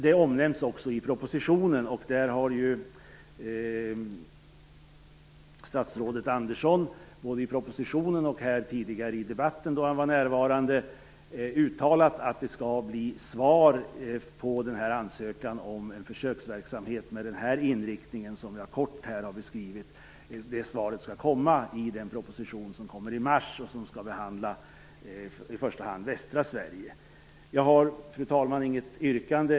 Det omnämns också i propositionen, och där har statsrådet Andersson, både i propositionen och här tidigare i debatten då han var närvarande, uttalat att det skall komma ett svar på den här ansökan om en försöksverksamhet med den inriktning som jag kort har beskrivit här. Detta svar skall komma i den proposition som kommer i mars och som skall behandla i första hand västra Sverige. Jag har, fru talman, inget yrkande.